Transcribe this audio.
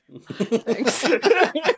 Thanks